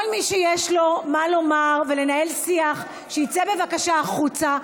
כל מי שיש לו מה לומר ולנהל שיח שיצא בבקשה החוצה.